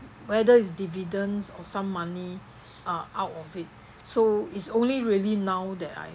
whether it's dividends or some money uh out of it so is only really now that I